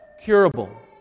curable